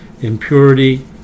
impurity